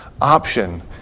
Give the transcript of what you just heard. option